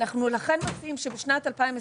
אנחנו חושבים שבשנת 2024,